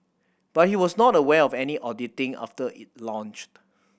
but he was not aware of any auditing after it launched